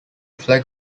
flag